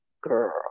girl